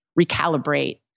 recalibrate